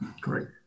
great